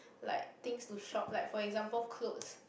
like things to shop like for example clothes